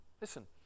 Listen